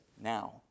Now